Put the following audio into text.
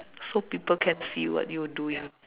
so people can see what you're doing